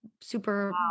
super